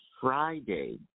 Friday